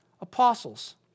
apostles